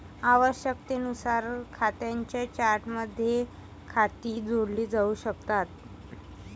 आवश्यकतेनुसार खात्यांच्या चार्टमध्ये खाती जोडली जाऊ शकतात